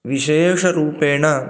विशेषरूपेण